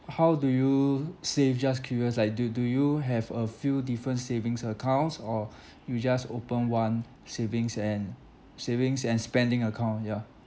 how do you save just curious like do do you have a few different savings accounts or you just open one savings and savings and spending account ya